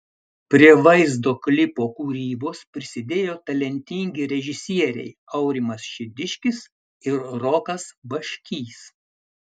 prie vaizdo klipo kūrybos prisidėjo talentingi režisieriai aurimas šidiškis ir rokas baškys